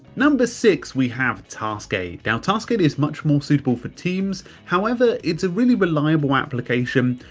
number six, we have taskade. now taskade is much more suitable for teams. however, it's a really reliable application.